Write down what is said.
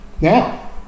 Now